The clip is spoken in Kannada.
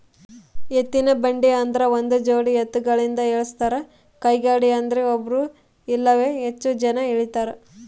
ಎತ್ತಿನಬಂಡಿ ಆದ್ರ ಒಂದುಜೋಡಿ ಎತ್ತುಗಳಿಂದ ಎಳಸ್ತಾರ ಕೈಗಾಡಿಯದ್ರೆ ಒಬ್ರು ಇಲ್ಲವೇ ಹೆಚ್ಚು ಜನ ಎಳೀತಾರ